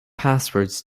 passwords